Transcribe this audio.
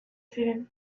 ziren